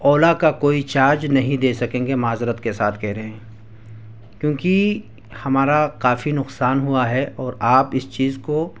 اولا کا کوئی چارج نہیں دے سکیں گے معذرت کے ساتھ کہہ رہے ہیں کیونکہ ہمارا کافی نقصان ہوا ہے اور آپ اس چیز کو